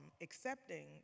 accepting